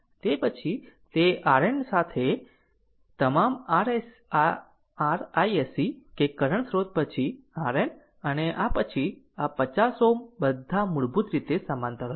તે પછી તે RN સાથે તમામ r iSC કે કરંટ સ્રોત પછી RN અને પછી આ 50 Ω બધા મૂળભૂત રીતે સમાંતર હશે